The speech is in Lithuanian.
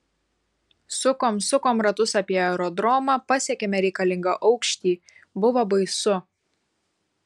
sukom sukom ratus apie aerodromą pasiekėme reikalingą aukštį buvo baisu